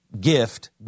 gift